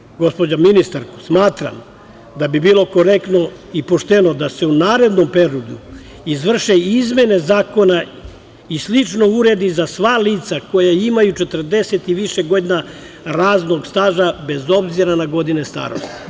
Smatram, gospođa ministarko, da bi bilo korektno i pošteno da se u narednom periodu izvrše izmene zakona i slično uredi za sva lica koja imaju 40 i više godina radnog staža, bez obzira na godine starosti.